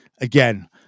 Again